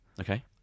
Okay